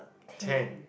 ten